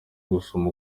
gusoma